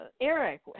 Eric